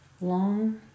long